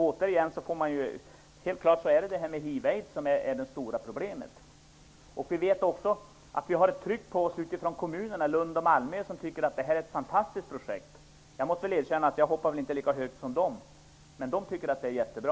Återigen är det hiv/aids som är det stora problemet. Vi vet också att det finns ett tryck från Malmös och Lunds kommuner. De tycker att detta är ett fantastiskt projekt. Jag måste erkänna att jag inte hoppar lika högt som de gör, men Malmö och Lunds kommuner tycker att det är jättebra.